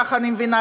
כך אני מבינה,